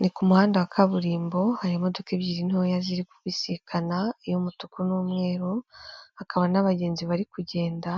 Ni ku muhanda wa kaburimbo, hari imodoka ebyiri ntoya ziri kubisikana, iy'umutuku n'umweru, hakaba n'abagenzi bari kugenda,